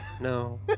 no